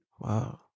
Wow